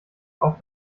auf